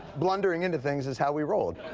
blundering into things is how we roll.